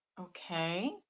Okay